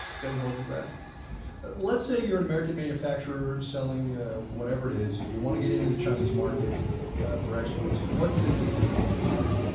don't hold your breath let's say you're an american manufacturer selling whatever it is, you want to get into the chinese market ah for exports. what's this decision going to mean for you?